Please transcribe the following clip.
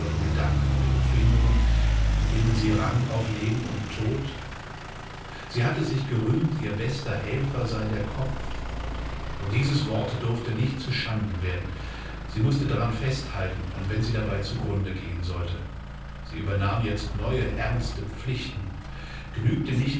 gedanken und empfindungen mit denen sie rang auf tod und leben sie hatte sich gerühmt ihr bester helfer sei der kopf und dieses wort durfte nicht zu schanden werden sie mußte daran festhalten und wenn sie dabei zu grunde gehen sollte sie übernahm jetzt neue ernste pflichten genügte nicht